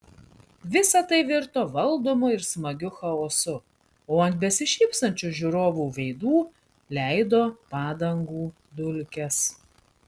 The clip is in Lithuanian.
visa tai virto valdomu ir smagiu chaosu o ant besišypsančių žiūrovų veidų leido padangų dulkes